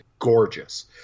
gorgeous